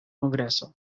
kongreso